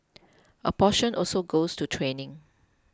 a portion also goes to training